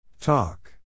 Talk